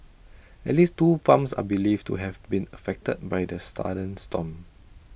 at least two farms are believed to have been affected by the sudden storm